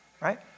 right